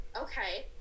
Okay